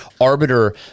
arbiter